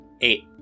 Eight